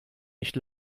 nicht